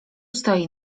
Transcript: stoi